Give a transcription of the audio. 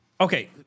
Okay